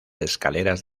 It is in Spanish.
escaleras